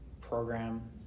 program